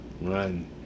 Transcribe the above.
Run